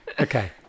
Okay